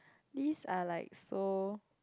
these are like so